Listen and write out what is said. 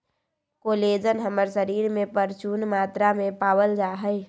collagen हमर शरीर में परचून मात्रा में पावल जा हई